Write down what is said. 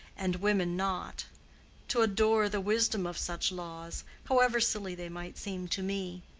and women not to adore the wisdom of such laws, however silly they might seem to me.